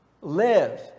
Live